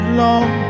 long